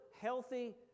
healthy